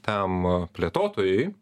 tam plėtotojui